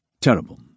Terrible